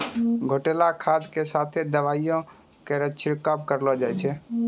घोललो खाद क साथें दवाइयो केरो छिड़काव करलो जाय छै?